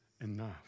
enough